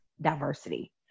diversity